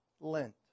Lent